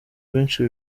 rwinshi